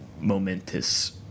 momentous